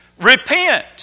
Repent